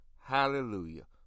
Hallelujah